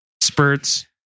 spurts